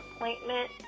appointment